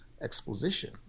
exposition